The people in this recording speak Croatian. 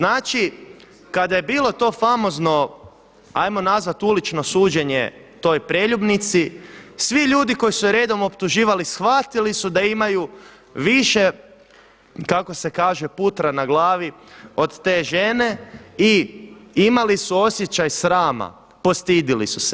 Znači kada je bilo to famozno ajmo nazvati ulično suđenje toj preljubnici svi ljudi koji su je redom optuživali shvatili su da imaju više kako se kaže putra na glavi od te žene i imali su osjećaj srama, postidili su se.